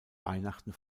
weihnachten